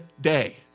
day